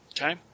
okay